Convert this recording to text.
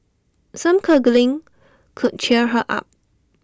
some cuddling could cheer her up